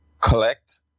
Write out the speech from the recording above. collect